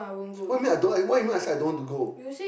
what you mean I don't like what you mean I said I don't want to go